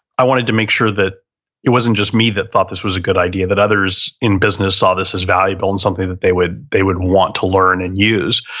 i wanted to make sure that it wasn't just me that thought this was a good idea, that others in business saw this as valuable and something that they would, they would want to learn and use.